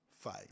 fight